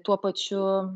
tuo pačiu